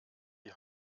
die